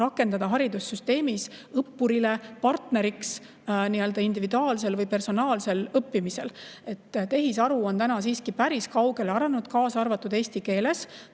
rakendada haridussüsteemis õppurile partneriks individuaalsel või personaalsel õppimisel. Tehisaru on täna siiski päris kaugele arenenud, kaasa arvatud eesti keeles,